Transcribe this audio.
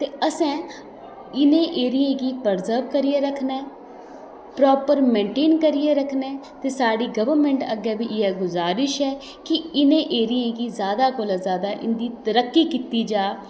ते असें इ'नें एरियें गी प्रिज़र्व करियै रखना ऐ प्रॉपर मेंटेन करियै रखना ऐ ते साढ़ी गवर्नमेंट अग्गें बी इ'यै गुजारिश ऐ कि इ'नें एरियें गी जादा कोला जादा इं'दी तरक्की कीती जा